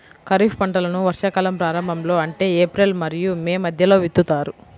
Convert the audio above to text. ఖరీఫ్ పంటలను వర్షాకాలం ప్రారంభంలో అంటే ఏప్రిల్ మరియు మే మధ్యలో విత్తుతారు